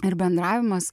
ir bendravimas